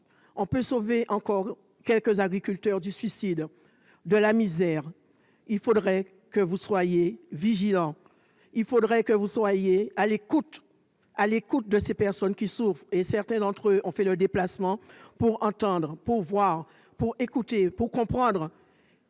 puisse sauver des agriculteurs du suicide, de la misère. Il faudrait que vous soyez vigilants et à l'écoute de ces personnes qui souffrent. Certains d'entre eux ont fait le déplacement pour entendre, pour voir, pour écouter, pour comprendre